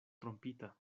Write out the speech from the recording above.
trompita